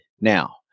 now